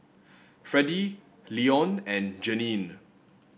Freddy Leone and Jeannine